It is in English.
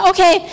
Okay